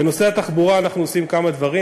בנושא התחבורה אנחנו עושים כמה דברים.